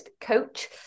coach